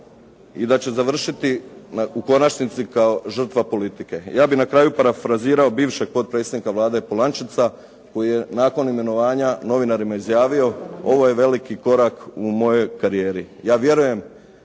i da će završiti u konačnici kao žrtva politike. Ja bih na kraju parafrazirao bivšeg potpredsjednika Vlade Polančeca koji je nakon imenovanja novinarima izjavio ovo je veliki korak u mojoj karijeri. Ja vjerujem